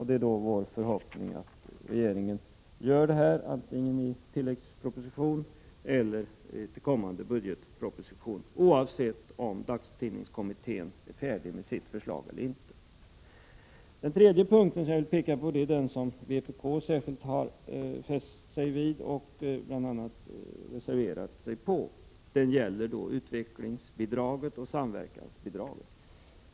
Det är då vår förhoppning att regeringen gör detta, antingen i en tilläggsproposition eller i kommande budgetproposition, oavsett om dagstidningskommittén är färdig med sitt förslag eller inte. Ytterligare en punkt som jag vill peka på är den som vpk särskilt har fäst sig vid och bl.a. reserverat sig beträffande. Det gäller utvecklingsbidraget och samverkansbidraget.